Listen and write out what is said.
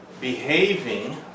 behaving